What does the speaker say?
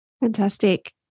Fantastic